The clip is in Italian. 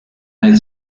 nel